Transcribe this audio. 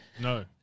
No